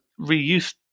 reuse